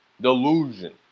delusion